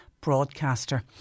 broadcaster